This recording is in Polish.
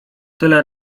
tyle